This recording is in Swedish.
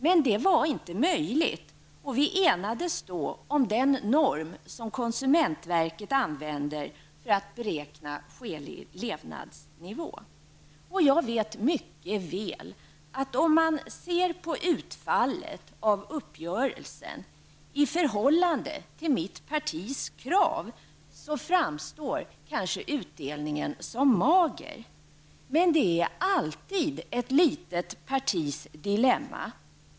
Men det var inte möjligt, och vi enades då om den norm som konsumentverket använder för att beräkna skälig levnadsnivå. Jag vet mycket väl att om man ser på utfallet av uppgörelsen i förhållande till mitt partis krav, framstår utdelningen kanske som mager. Men det är alltid ett litet partis dilemma.